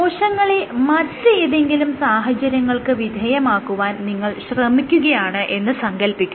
കോശങ്ങളെ മറ്റേതെങ്കിലും സാഹചര്യങ്ങൾക്ക് വിധേയമാക്കുവാൻ നിങ്ങൾ ശ്രമിക്കുകയാണ് എന്ന് സങ്കൽപ്പിക്കുക